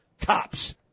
cops